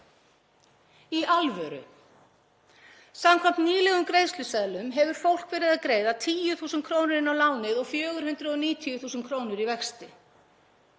Í alvöru? Samkvæmt nýlegum greiðsluseðlum hefur fólk verið að greiða 10.000 krónur inn á lánið og 490.000 krónur í vexti.